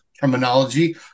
terminology –